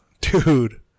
dude